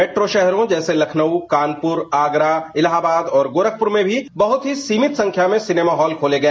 metro शहरों जैसे लखनऊ आगरा कानपुर इलाहाबाद और गोरखपुर में भी बहुत ही सीमित संख्या में सिनेमा हॉल खोले गए